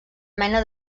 mena